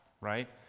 right